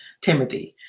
Timothy